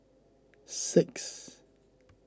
six